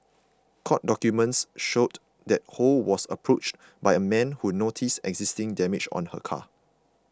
court documents showed that Ho was approached by a man who noticed existing damage on her car